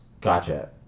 Gotcha